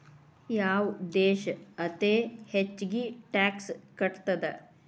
ಯಾವ್ ದೇಶ್ ಅತೇ ಹೆಚ್ಗೇ ಟ್ಯಾಕ್ಸ್ ಕಟ್ತದ?